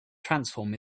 transform